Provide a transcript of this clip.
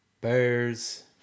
bears